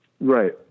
Right